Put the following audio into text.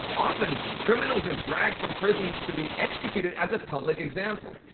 often, criminals are dragged from prisons to be executed as a public example.